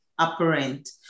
Apparent